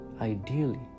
ideally